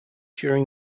during